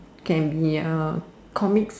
can be uh comics